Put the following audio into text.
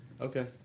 Okay